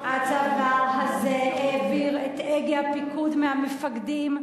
הצבא הזה העביר את הגה הפיקוד מהמפקדים,